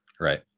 right